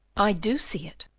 i do see it.